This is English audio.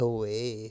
Away